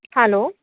hello